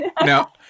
Now